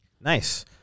Nice